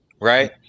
right